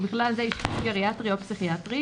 ובכלל זה אשפוז גריאטרי או פסיכיאטרי,